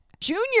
junior